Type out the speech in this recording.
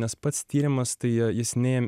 nes pats tyrimas tai jis ne